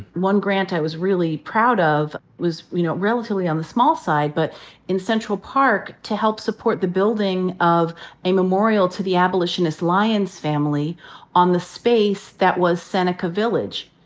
one grant i was really proud of was, you know, relatively on the small side, but in central park, to help support the building of a memorial to the abolitionist lyons family on the space that was seneca village.